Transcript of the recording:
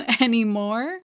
anymore